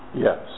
Yes